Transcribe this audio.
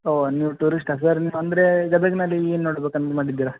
ಓ ನೀವು ಟೂರಿಸ್ಟಾ ಸರ್ ನೀವು ಅಂದರೆ ಗದಗಿನಲ್ಲಿ ಏನು ನೋಡ್ಬೇಕಂತ ಮಾಡಿದ್ದೀರ